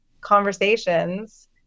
conversations